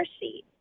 seat